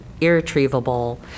irretrievable